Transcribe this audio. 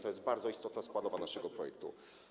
To jest bardzo istotna składowa naszego projektu.